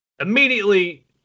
Immediately